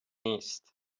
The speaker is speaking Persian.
نیست